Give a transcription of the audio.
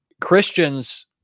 Christians